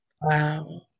Wow